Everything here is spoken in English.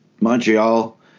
Montreal